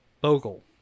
Bogle